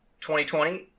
2020